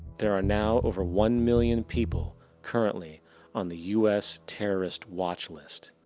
there are now over one million people currently on the us terrorist watch list.